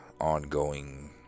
ongoing